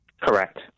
Correct